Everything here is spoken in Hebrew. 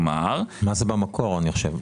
מס במקור.